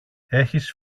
έχεις